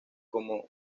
como